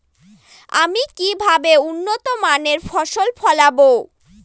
আমি কিভাবে উন্নত মানের ফসল ফলাবো?